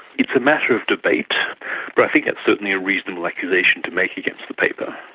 it's a matter of debate but i think that's certainly a reasonable accusation to make against the paper.